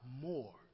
more